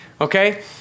Okay